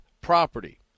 property